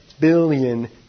billion